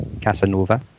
Casanova